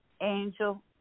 Angel